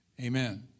Amen